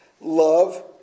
love